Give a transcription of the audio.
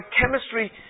chemistry